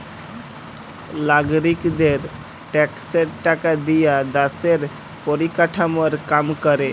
লাগরিকদের ট্যাক্সের টাকা দিয়া দ্যশের পরিকাঠামর কাম ক্যরে